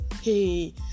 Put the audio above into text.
hey